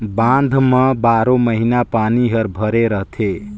बांध म बारो महिना पानी हर भरे रथे